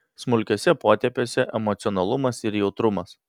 smulkiuose potėpiuose emocionalumas ir jautrumas